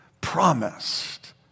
promised